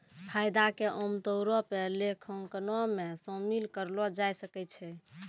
फायदा के आमतौरो पे लेखांकनो मे शामिल करलो जाय सकै छै